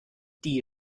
die